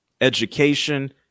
education